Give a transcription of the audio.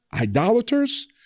idolaters